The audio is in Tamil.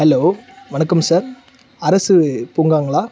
ஹலோ வணக்கம் சார் அரசு பூங்காங்களா